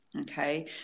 Okay